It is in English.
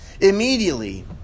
Immediately